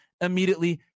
immediately